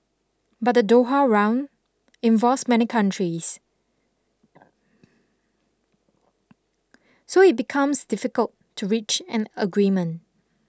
but the Doha Round involves many countries so it becomes difficult to reach an agreement